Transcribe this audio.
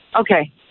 Okay